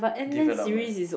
development